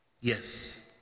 Yes